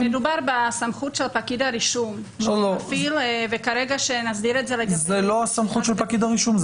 מדובר בסמכות שפקיד הרישום מפעיל --- זה לא סמכות של פקיד הרישום.